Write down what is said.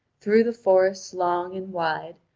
through the forests long and wide,